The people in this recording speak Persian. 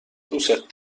دوستت